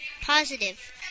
positive